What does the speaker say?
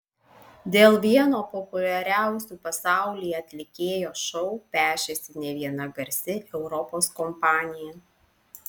dėl vieno populiariausių pasaulyje atlikėjo šou pešėsi ne viena garsi europos kompanija